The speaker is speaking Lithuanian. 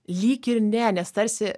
lyg ir ne nes tarsi